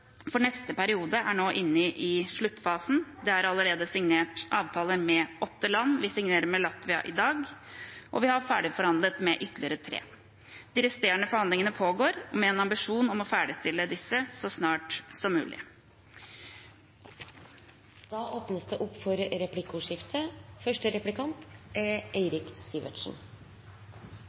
for neste periode er nå inne i sluttfasen. Det er allerede signert avtaler med åtte land. Vi signerer med Latvia i dag, og vi har ferdigforhandlet med ytterligere tre. De resterende forhandlingene pågår, med en ambisjon om å ferdigstille disse så snart som mulig. Det blir replikkordskifte. Svalbard er